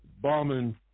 bombing